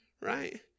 Right